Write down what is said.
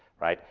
right?